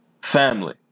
Family